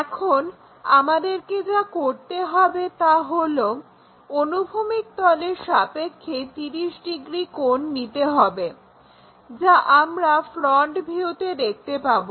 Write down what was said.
এখন আমাদেরকে যা করতে হবে তা হলো অনুভূমিক তলের সাপেক্ষে 30° কোণ নিতে হবে যা আমরা ফ্রন্ট ভিউতে দেখতে পাবো